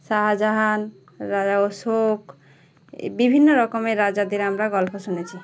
শাহাজাহান রাজা অশোক বিভিন্ন রকমের রাজাদের আমরা গল্প শুনেছি